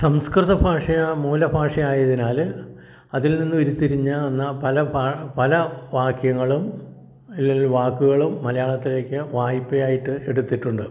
സംസ്കൃതഭാഷ മൂല ഭാഷ ആയതിനാൽ അതിൽ നിന്ന് ഉരിത്തിരിഞ്ഞ് വന്ന പലഭാ പല വാക്യങ്ങളും അല്ലെങ്കിൽ വാക്കുകളും മലയാളത്തിലേക്ക് വായ്പ്പയായിട്ട് എടുത്തിട്ടുണ്ട്